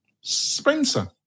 Spencer